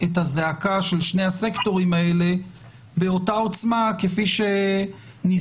את הזעקה של שני הסקטורים האלה באותה עוצמה כפי שנזעקת